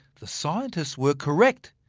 the scientists were correct,